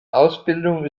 ausbildung